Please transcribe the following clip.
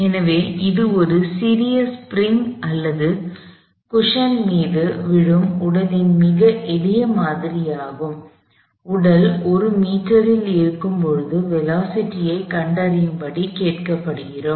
எனவே இது ஒரு சிறிய ஸ்பிரிங் அல்லது குஷன் மீது விழும் உடலின் மிக எளிய மாதிரியாகும் உடல் 1 மீட்டரில் இருக்கும் போது வேலோஸிட்டி ஐ கண்டறியும்படி கேட்கப்படுகிறோம்